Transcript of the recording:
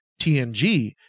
TNG